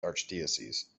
archdiocese